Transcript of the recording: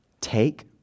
Take